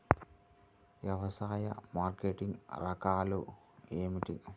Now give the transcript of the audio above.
వ్యవసాయ మార్కెటింగ్ రకాలు ఏమిటి?